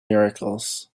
miracles